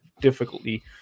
difficulty